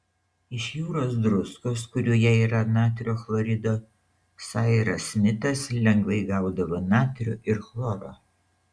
iš jūros druskos kurioje yra natrio chlorido sairas smitas lengvai gaudavo natrio ir chloro